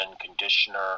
conditioner